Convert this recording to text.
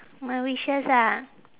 my wishes ah